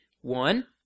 one